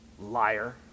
liar